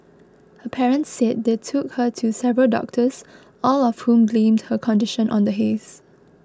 her parents said they took her to several doctors all of whom blamed her condition on the haze